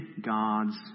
God's